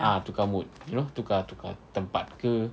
ah tukar mood you know tukar tukar tempat ke